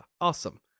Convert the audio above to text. awesome